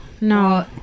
no